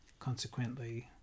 Consequently